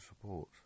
support